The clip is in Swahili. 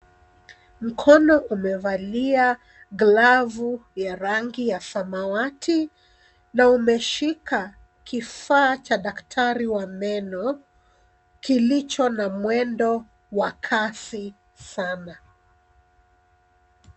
Mkono umevalia glavu ya rangi ya samawati na umeshika kifaa cha daktari wa meno kilicho na mwendo wa kasi sana.